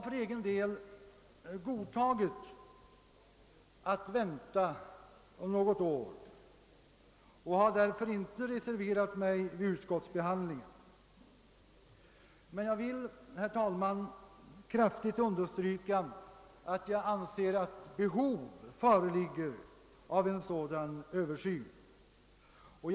För egen del har jag godtagit att vänta något år och har därför inte reserverat mig vid utskottsbehandlingen; men jag vill, herr talman, kraftigt understryka, att jag anser att behov av en sådan översyn föreligger.